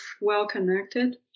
well-connected